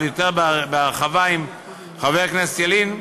אבל יותר בהרחבה עם חבר הכנסת ילין,